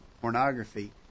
pornography